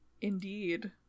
Indeed